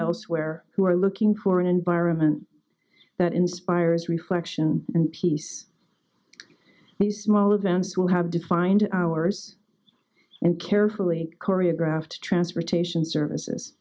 elsewhere who are looking for an environment that inspires reflection and peace and a small events will have defined hours and carefully choreographed transportation services